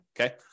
Okay